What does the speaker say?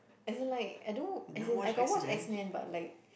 I didn't like I don't as in I got watch X Men but like